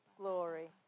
glory